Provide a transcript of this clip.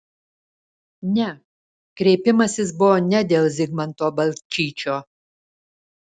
ne kreipimasis buvo ne dėl zigmanto balčyčio